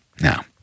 Now